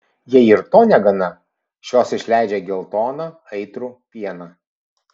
jei ir to negana šios išleidžia geltoną aitrų pieną